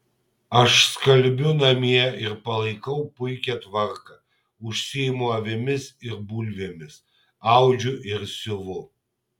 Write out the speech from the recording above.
aš skalbiu namie ir palaikau puikią tvarką užsiimu avimis ir bulvėmis audžiu ir siuvu